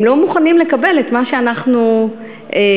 הם לא מוכנים לקבל את מה שאנחנו הצענו.